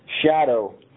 shadow